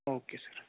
okay sir